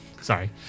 Sorry